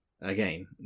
again